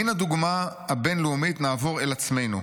"מן הדוגמה הבינלאומית נעבור אל עצמנו.